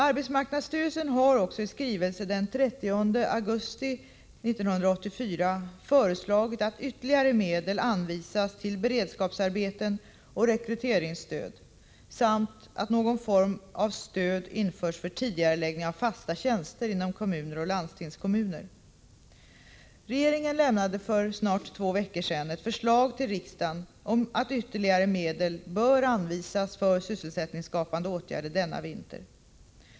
Arbetsmarknadsstyrelsen har också i skrivelse den 30 augusti 1984 föreslagit att ytterligare medel anvisas till beredskapsarbeten och rekryteringsstöd samt att någon form av stöd införs för tidigareläggning av fasta tjänster inom kommuner och landstingskommuner. Regeringen lämnade för snart två veckor sedan ett förslag till riksdagen om att ytterligare medel bör anvisas för sysselsättningsskapande åtgärder denna vinter.